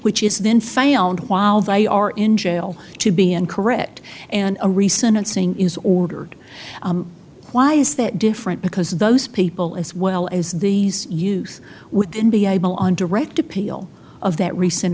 which is then found while they are in jail to be incorrect and a recent scene is ordered why is that different because those people as well as these youth would then be able on direct appeal of that recent